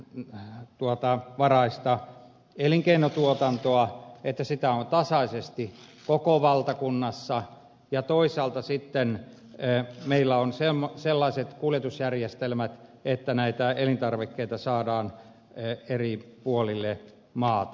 mitä hän tuottaa varhaista elinkeino omavaraista elintarviketuotantoa että sitä on tasaisesti koko valtakunnassa ja toisaalta meillä on sellaiset kuljetusjärjestelmät että näitä elintarvikkeita saadaan eri puolille maata